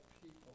people